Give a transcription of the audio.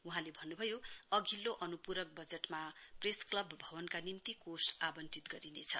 वहाँले भन्न्भयो अधिल्लो अनुपूरक बजटमा प्रेस क्लब भवनका निम्ति कोष आवंटित गरिनेछ